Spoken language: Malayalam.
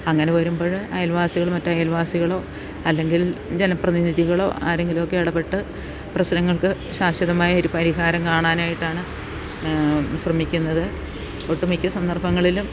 അങ്ങനെ വരുമ്പോൾ അയൽവാസികള് മറ്റ് അയൽവാസികളോ അല്ലെങ്കിൽ ജനപ്രതിനിധികളോ ആരെങ്കിലും ഒക്കെ ഇടപപ്പെട്ട് പ്രശ്നങ്ങൾക്ക് ശാശ്വതമായൊരു പരിഹാരം കാണാനായിട്ടാണ് ശ്രമിക്കുന്നത് ഒട്ടു മിക്ക സന്ദർഭങ്ങളിലും